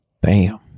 Bam